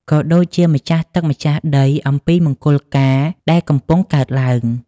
ក៏ដូចជាម្ចាស់ទឹកម្ចាស់ដីអំពីមង្គលការដែលកំពុងកើតឡើង។